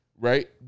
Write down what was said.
right